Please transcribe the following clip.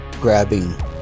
grabbing